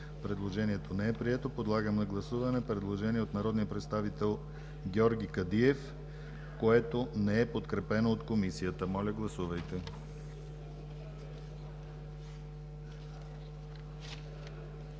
Предложението не е прието. Подлагам на гласуване предложение на народния представител Георги Кадиев, което не е подкрепено от Комисията. Гласували